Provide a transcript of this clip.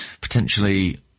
potentially